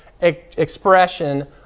expression